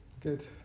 good